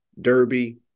Derby